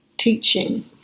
teaching